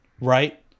Right